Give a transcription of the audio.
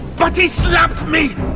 but he slapped me!